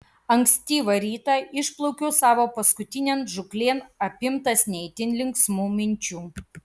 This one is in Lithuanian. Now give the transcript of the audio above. ankstyvą rytą išplaukiau savo paskutinėn žūklėn apimtas ne itin linksmų minčių